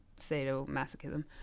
sadomasochism